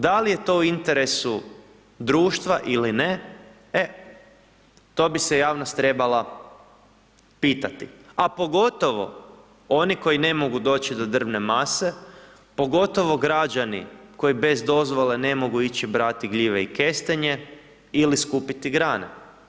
Da li je to u interesu društva ili ne, e to bi se javnost trebala pitati, a pogotovo oni koji ne mogu doći do drvne mase, pogotovo građani koji bez dozvole ne mogu ići brati gljive i kestenje ili skupiti grane.